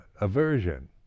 aversion